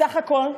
בסך הכול,